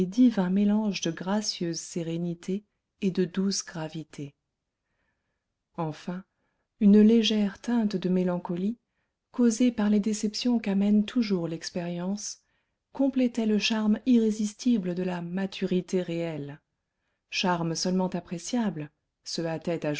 divin mélange de gracieuse sérénité et de douce gravité enfin une légère teinte de mélancolie causée par les déceptions qu'amène toujours l'expérience complétait le charme irrésistible de la maturité réelle charme seulement appréciable se